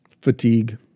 fatigue